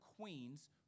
queens